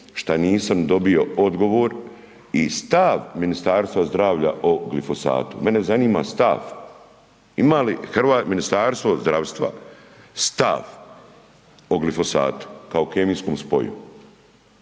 šta nisam dobio odgovor i stav Ministarstva zdravlja o glifosatu. Mene zanima stav. Ima li Ministarstvo zdravstva stav o glifosatu kao kemijskom spoju?